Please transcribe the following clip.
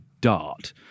dart